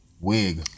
wig